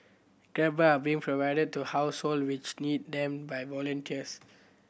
grab bar being provided to households which need them by volunteers